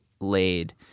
laid